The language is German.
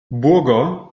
burger